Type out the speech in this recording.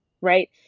right